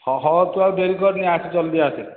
ହଉ ହଉ ତୁ ଆଉ ଡେରି କରନି ଆସେ ଜଲ୍ଦି ଆସେ